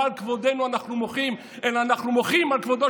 לא על כבודנו אנחנו מוחים אלא אנחנו מוחים על כבודו